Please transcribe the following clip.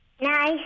Nice